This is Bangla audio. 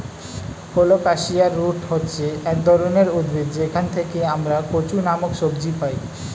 কোলোকাসিয়া রুট হচ্ছে এক ধরনের উদ্ভিদ যেখান থেকে আমরা কচু নামক সবজি পাই